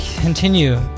continue